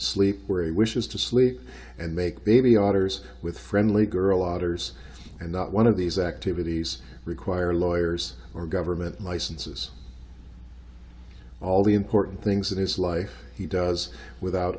sleep where he wishes to sleep and make baby authors with friendly girl authors and not one of these activities require lawyers or government licenses all the important things in his life he does without